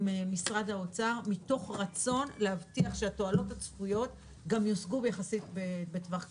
משרד האוצר מתוך רצון להבטיח שהתועלות הצפויות גם יושגו יחסית בטווח קצר.